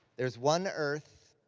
there's one earth,